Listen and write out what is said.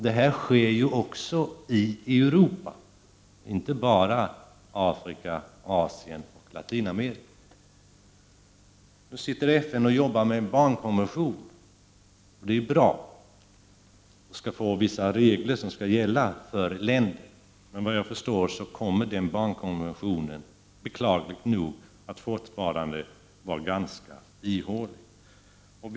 Detta sker också i Europa och inte bara i Afrika, Asien och Latinamerika. Nu arbetar FN på att få fram en barnkonvention, och det är bra. Man skall skapa vissa regler som skall gälla för skilda länder. Men såvitt jag förstår kommer denna barnkonvention beklagligt nog att bli ganska ihålig.